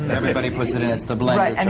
everybody puts it in, it's the blender and